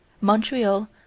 Montreal